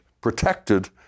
protected